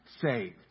saved